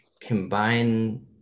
combine